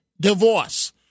divorce